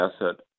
asset